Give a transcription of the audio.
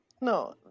no